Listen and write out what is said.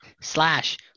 Slash